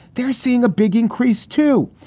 they're seeing a big increase, too.